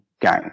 game